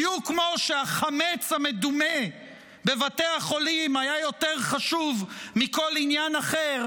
בדיוק כמו שהחמץ המדומה בבתי החולים היה יותר חשוב מכל עניין אחר,